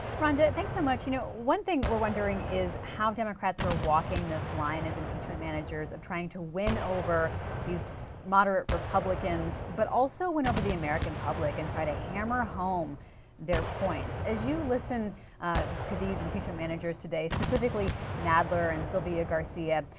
rhonda, thanks. so you know one thing we are wondering, is how democrats are walking this line as impeachment managers of trying to win over these moderate republicans but also win over the american public and try to hammer home their points. as you listen to these impeachment managers today specifically nadler and sylvia garcia,